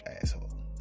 asshole